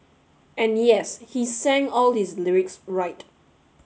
and yes he sang all his lyrics right